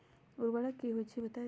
उर्वरक की होई छई बताई?